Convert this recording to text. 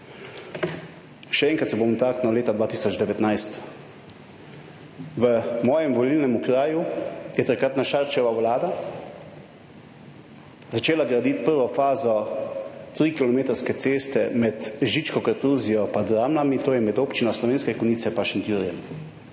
Še enkrat se bom dotaknil leta 2019. V mojem volilnem okraju je takratna Šarčeva vlada začela graditi prvo fazo 3 kilometrske ceste med Žičko kartuzijo pa Dramljami, to je med občino Slovenske Konjice pa Šentjurjem.